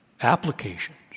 applications